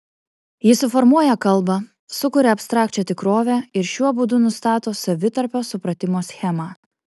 ji suformuoja kalbą sukuria abstrakčią tikrovę ir šiuo būdu nustato savitarpio supratimo schemą